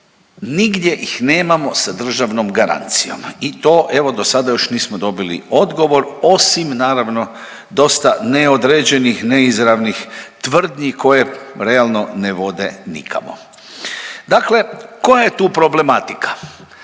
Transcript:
nigdje ih nemamo sa državnom garancijom i to, evo, do sada još nismo dobili odgovor, osim naravno, dosta neodređenih neizravnih tvrdnji koje realno, ne vode nikamo. Dakle, koja je tu problematika.